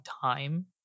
time